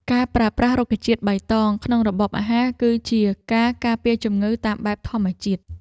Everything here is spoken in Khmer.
ការប្រើប្រាស់រុក្ខជាតិបៃតងក្នុងរបបអាហារ គឺជាការការពារជំងឺតាមបែបធម្មជាតិ។